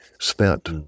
spent